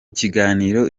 kiganiro